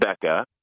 Becca